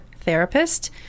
therapist